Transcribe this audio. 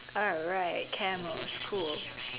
alright camels cool